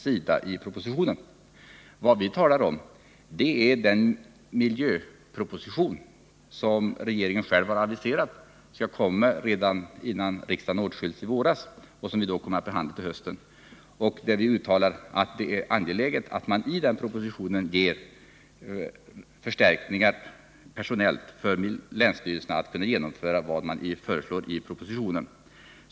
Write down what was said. Vad vi talar om är den av regeringen aviserade miljöpropositionen som skall läggas fram redan innan riksdagen åtskils nu i vår och som vi kommer att få behandla till hösten. Vi har uttalat att det är angeläget att man i denna proposition föreslår personella förstärkningar för länsstyrelserna så att de kan genomföra det som föreslås i propositionen.